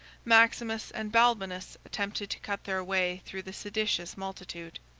maximus and balbinus attempted to cut their way through the seditious multitude.